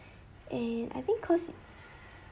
and I think cause